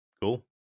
Cool